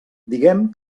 diguem